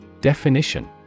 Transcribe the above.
Definition